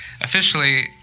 officially